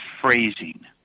phrasing